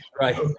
right